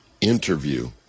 interview